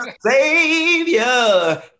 Savior